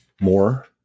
more